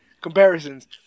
comparisons